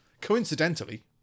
coincidentally